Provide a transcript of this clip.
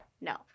no